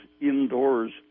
indoors